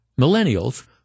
millennials